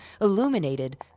illuminated